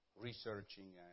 researching